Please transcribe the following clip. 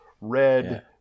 red